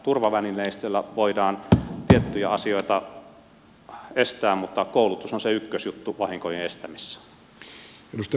turvavälineistöllä voidaan tiettyjä asioita estää mutta koulutus on se ykkösjuttu vahinkojen estämisessä